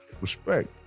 respect